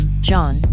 John